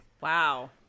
Wow